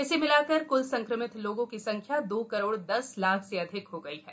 इसे मिलाकर क्ल संक्रमित लोगों की संख्या दो करोड़ दस लाख से अधिक हो गई है